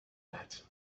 that